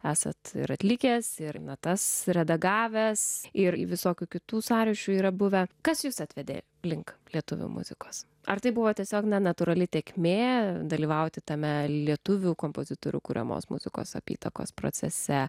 esat ir atlikęs ir natas redagavęs ir visokių kitų sąryšių yra buvę kas jus atvedė link lietuvių muzikos ar tai buvo tiesiog natūrali tėkmė dalyvauti tame lietuvių kompozitorių kuriamos muzikos apytakos procese